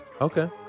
Okay